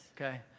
Okay